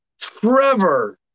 Trevor